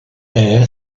air